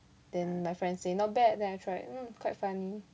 then my friend say not bad then I tried mm quite fun